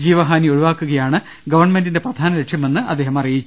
ജീവഹാനി ഒഴിവാക്കുകയാണ് ഗവൺമെന്റിന്റെ പ്രധാന ലക്ഷ്യമെന്ന് അദ്ദേഹം വ്യക്തമാക്കി